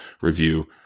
review